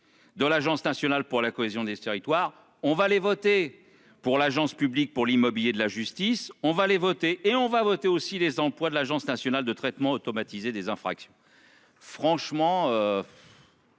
De l'Agence nationale pour la cohésion des territoires, on va aller voter pour l'agence publique pour l'immobilier de la justice, on va aller voter et on va voter aussi les employes de l'Agence nationale de traitement automatisé des infractions. Franchement.--